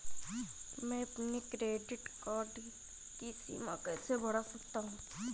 मैं अपने credit card की सीमा कैसे बढ़ा सकता हूँ?